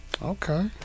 Okay